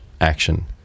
action